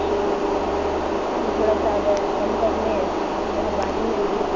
اچھا میم تھوڑا سا اگر کم کر لیں تو مہربانی ہوگی